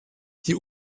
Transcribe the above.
die